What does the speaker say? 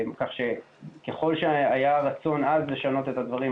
כך שככל שהיה רצון עז לשנות את הדברים,